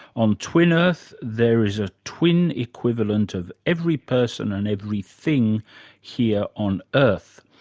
on twin ah earth there is a twin equivalent of every person and every thing here on earth.